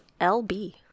lb